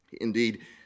Indeed